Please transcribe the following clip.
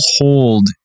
hold